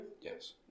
Yes